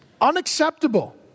unacceptable